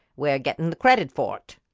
we're getting the credit for it.